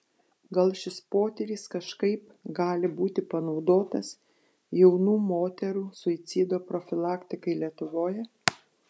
gal šis potyris kažkaip gali būti panaudotas jaunų moterų suicido profilaktikai lietuvoje